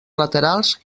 laterals